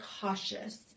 cautious